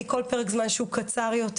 כי כל פרק זמן שהוא קצר יותר,